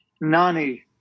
Nani